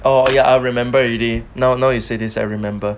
oh ya I remember already now now you say this I remember